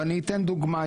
ואני אתן דוגמה,